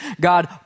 God